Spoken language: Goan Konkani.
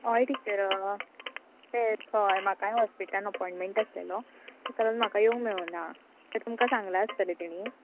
हय टिचर हय ते म्हाकाय हॉस्पिटलान अपोयंटमेंट आसलेलो तेका लागून म्हाका येवंक मेळूना ते तुमकां सांगलां आसतलें तेणी